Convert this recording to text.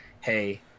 hey